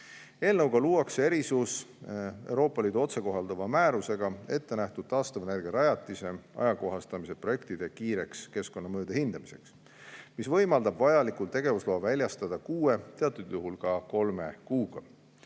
Eelnõuga luuakse erisus Euroopa Liidu otsekohalduva määrusega ette nähtud taastuvenergiarajatiste ajakohastamise projektide keskkonnamõju kiireks hindamiseks, mis võimaldab vajaliku tegevusloa väljastada kuue, teatud juhul ka kolme kuuga.